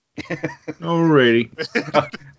alrighty